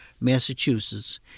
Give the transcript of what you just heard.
Massachusetts